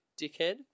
dickhead